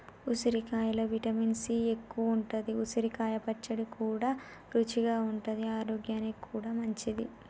ఉసిరికాయలో vitamin C ఎక్కువుంటది, ఉసిరికాయ పచ్చడి కూడా రుచిగా ఉంటది ఆరోగ్యానికి కూడా మంచిది